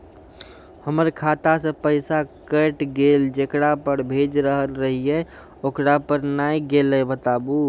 हमर खाता से पैसा कैट गेल जेकरा पे भेज रहल रहियै ओकरा पे नैय गेलै बताबू?